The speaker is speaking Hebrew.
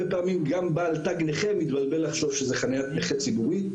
פעמים גם בעל תג נכה מתבלבל לחשוב שזו חניית נכה ציבורית,